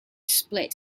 split